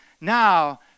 Now